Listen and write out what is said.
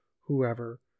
whoever